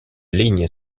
ligne